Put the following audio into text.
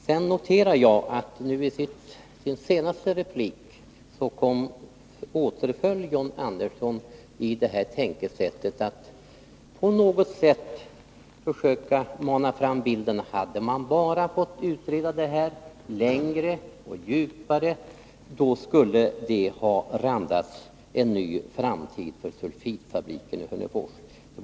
Sedan noterade jag att John Andersson i sin senaste replik återföll i försöken att på något sätt mana fram bilden att hade man fått utreda detta längre och djupare, skulle det ha randats en ny framtid för sulfitfabriken i Hörnefors.